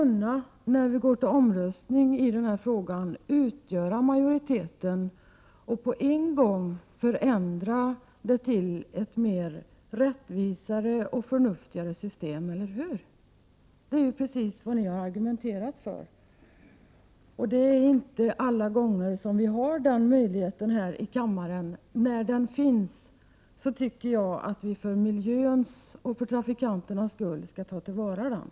När vi går till omröstning i denna fråga skulle vi kunna utgöra en majoritet och med en gång förändra systemet så, att det blir mer rättvist och förnuftigt, eller hur? Det är ju precis det som de tidigare talarna har argumenterat för. Det är inte alla gånger som vi har den möjligheten, och när den nu finns tycker jag att vi såväl för miljöns som för trafikanternas skull skall ta till vara den.